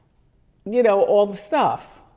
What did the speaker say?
you know, all the stuff.